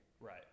Right